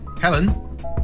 Helen